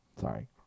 sorry